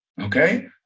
okay